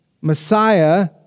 Messiah